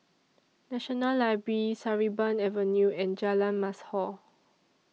National Library Sarimbun Avenue and Jalan Mashor